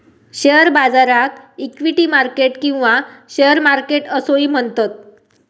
share बाजाराक equity market किंवा share market असोही म्हणतत